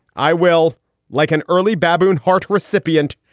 i will like an early baboon heart recipient.